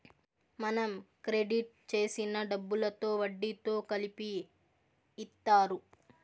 మనం క్రెడిట్ చేసిన డబ్బులను వడ్డీతో కలిపి ఇత్తారు